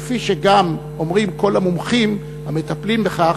כפי שגם אומרים כל המומחים המטפלים בכך,